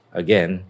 again